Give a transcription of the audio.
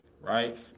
right